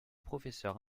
professeure